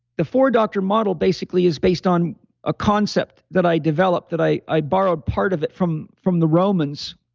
the four doctor model basically is based on a concept that i developed that i i borrowed part of it from from the romans.